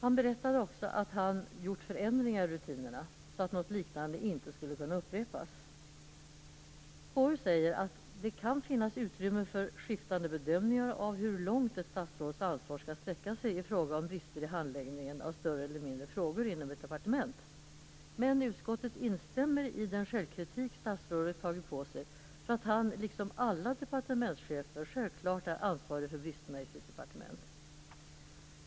Han berättade också att han gjort förändringar i rutinerna så att något liknande inte skulle kunna upprepas. KU säger att det kan finnas utrymme för skiftande bedömningar av hur långt ett statsråds ansvar skall sträcka sig i fråga om brister i handläggningen av större eller mindre frågor inom ett departement. Utskottet instämmer dock i den självkritik statsrådet tagit på sig för att han, liksom alla departementschefer, självklart är ansvarig för bristerna i sitt departement.